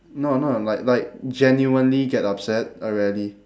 no no like like genuinely get upset I rarely